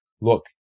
Look